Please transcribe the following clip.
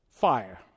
fire